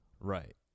Right